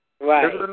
Right